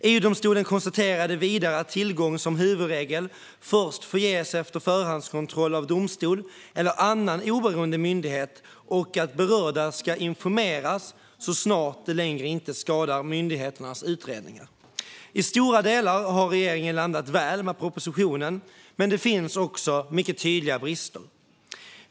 EU-domstolen konstaterade vidare att tillgång som huvudregel får ges först efter förhandskontroll av domstol eller annan oberoende myndighet och att berörda ska informeras så snart det inte längre skadar myndighetens utredningar. I stora delar har regeringen landat väl med propositionen, men det finns också mycket tydliga brister.